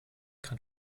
kann